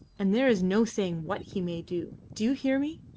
and there is no saying what he may do. do you hear me?